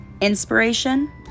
inspiration